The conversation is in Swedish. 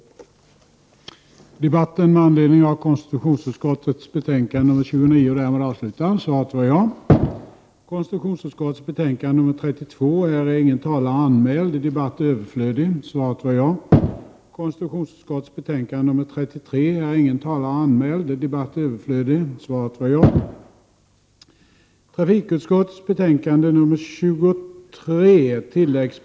Kammaren övergick därför till att debattera trafikutskottets betänkande 23 om tilläggsbudget II inom kommunikationsdepartementets område.